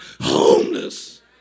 homeless